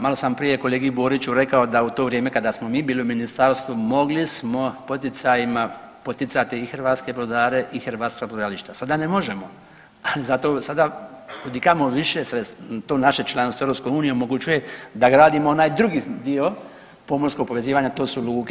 Malo sam prije kolegi Boriću rekao da u to vrijeme kada smo mi bili u ministarstvu mogli smo poticajima poticati i hrvatske brodare i hrvatska brodogradilišta, sada ne možemo ali zato sada kud i kamo više to naše članstvo u EU omogućuje da gradimo onaj drugi dio pomorskog povezivanja to su luke.